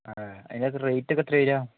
അതിനൊക്കെ റേറ്റ് ഒക്കെ എത്രയാണ് വരിക